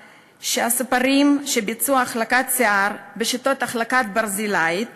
שהספרים שביצעו החלקת שיער בשיטת ההחלקה הברזילאית